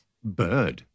Bird